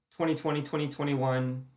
2020-2021